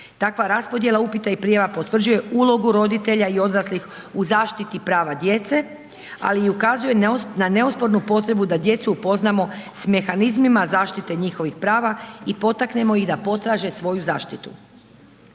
Takva raspodjela upita i prijava potvrđuje ulogu roditelja i odraslih u zaštiti prava djece, ali i ukazuje na neospornu potrebu da djecu upoznamo s mehanizmima zaštite njihovih prava i potaknemo ih da potraže svoju zaštitu.